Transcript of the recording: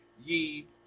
ye